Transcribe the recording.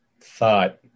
thought